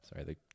sorry